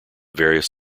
various